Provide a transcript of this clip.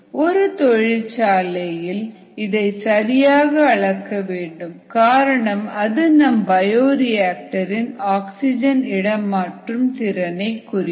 ஒரு தொழிற்சாலை இல் இதை சரியாக அளக்க வேண்டும் காரணம் அது நம் பயோரியாக்டர் இன் ஆக்சிஜன் இடமாற்று திறனை குறிக்கும்